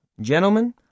Gentlemen